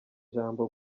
jambo